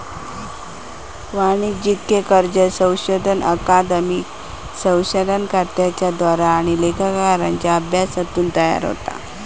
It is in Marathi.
वाणिज्यिक कर्ज संशोधन अकादमिक शोधकर्त्यांच्या द्वारा आणि लेखाकारांच्या अभ्यासातून तयार होता